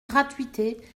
gratuité